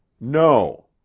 No